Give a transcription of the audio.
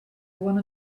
one